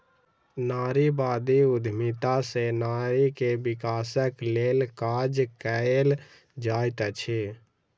नारीवादी उद्यमिता सॅ नारी के विकासक लेल काज कएल जाइत अछि